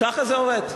ככה זה עובד.